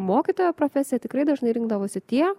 mokytojo profesiją tikrai dažnai rinkdavosi tie